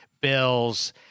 Bills